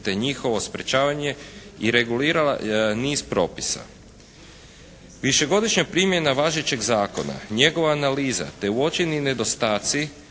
te njihovo sprječavanje i regulirala niz propisa. Višegodišnja primjena važećeg zakona, njegova analiza, te uočeni nedostaci,